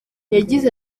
yagize